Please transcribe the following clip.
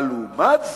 אבל לעומת זה,